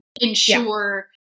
ensure